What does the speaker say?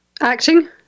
Acting